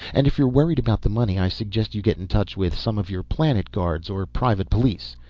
and if you're worried about the money i suggest you get in touch with some of your plant guards or private police.